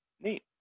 Neat